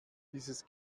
dieses